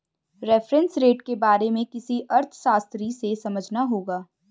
reference rate के बारे में किसी अर्थशास्त्री से समझना होगा